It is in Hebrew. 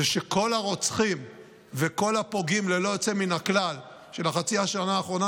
הוא שכל הרוצחים וכל הפוגעים של החצי שנה האחרונה